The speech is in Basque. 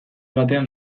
batean